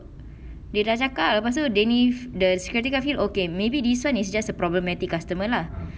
dia dah cakap lepas tu they leave the security guard feel okay maybe this one is just a problematic customer lah